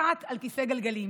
אחת על כיסא גלגלים,